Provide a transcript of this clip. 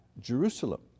Jerusalem